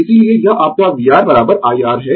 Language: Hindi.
Refer Slide Time 0938 इसीलिए यह आपका vR I R है